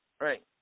right